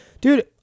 Dude